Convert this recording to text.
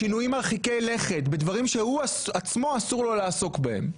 שינויים מרחיקי לכת בדברים שהוא עצמו אסור לו לעסוק בהם,